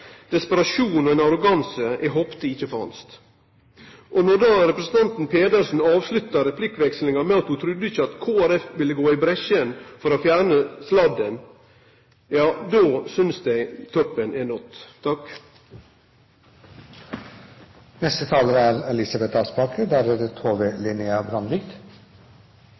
ein arroganse eg håpte ikkje fanst. Når representanten Pedersen avsluttar replikkvekslinga med å seie at ho trudde ikkje at Kristeleg Folkeparti ville gå i bresjen for å fjerne sladden, ja då synest eg toppen er nådd.